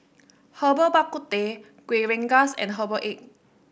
Herbal Bak Ku Teh Kuih Rengas and Herbal Egg